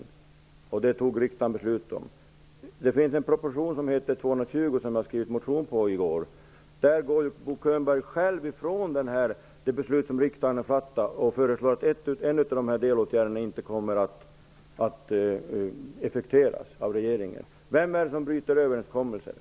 Detta fattade riksdagen beslut om. I proposition 220, som jag skrev en motion i anslutning till i går, går Bo Könberg själv ifrån det beslut som riksdagen har fattat. Han föreslår i stället att en av dessa delåtgärder inte skall effektueras av regeringen. Vem är det som bryter överenskommelser?